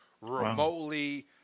remotely